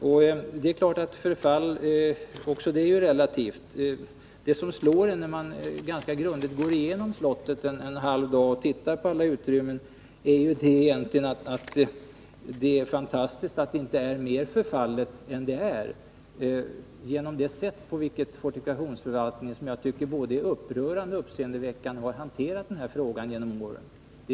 Förfall är ju någonting relativt. Om man ägnar en halv dag åt att titta på alla utrymmen grundligt slår det en att det är fantastiskt att slottet inte är mer förfallet efter fortifikationsförvaltningens både upprörande och uppseendeväckande hanterande av denna fråga genom åren.